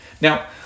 Now